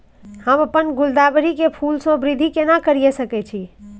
हम अपन गुलदाबरी के फूल सो वृद्धि केना करिये सकेत छी?